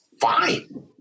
fine